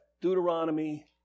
Deuteronomy